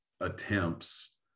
attempts